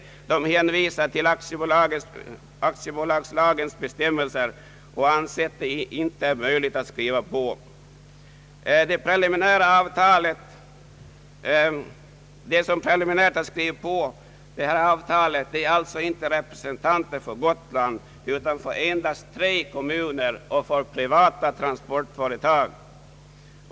Bolaget hänvisar till aktiebolagslagens bestämmelser och har inte ansett sig ha möjligheter att skriva på. De som preliminärt har skrivit på detta avtal är alltså inte representanter för Gotland utan endast för tre kommuner och privata transportföretag.